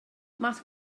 math